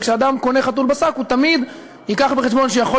וכשאדם קונה חתול בשק הוא תמיד יביא בחשבון שיכול